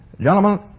Gentlemen